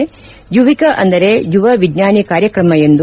ಯುವಿಕಾ ಅಂದರೆ ಯುವ ವಿಜ್ಞಾನಿ ಕಾರ್ಯಕ್ರಮ ಎಂದು